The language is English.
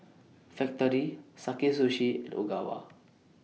Factorie Sakae Sushi and Ogawa